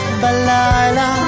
balala